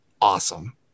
awesome